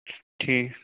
ٹھیٖک